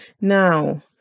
Now